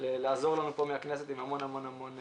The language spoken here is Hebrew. לעזור לנו פה מהכנסת עם המון ניסיון.